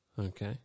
Okay